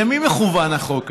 למי מכוון החוק הזה?